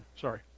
sorry